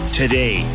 today